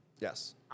Yes